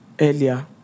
earlier